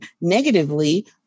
negatively